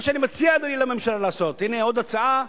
מה שאני מציע לממשלה לעשות, הנה עוד הצעה